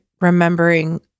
remembering